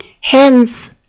Hence